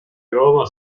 roma